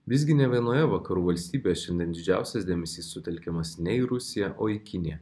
visgi ne vienoje vakarų valstybėje šiandien didžiausias dėmesys sutelkiamas ne į rusiją o į kiniją